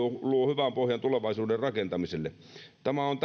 luo hyvän pohjan tulevaisuuden rakentamiselle tämä on